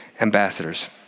ambassadors